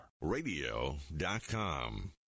Radio.com